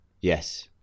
Yes